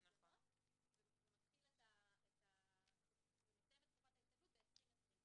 ומסיים את תקופת ההסתגלות ב-2020,